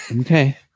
Okay